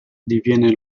diviene